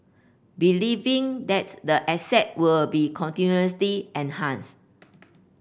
believing that's the asset will be continuously enhanced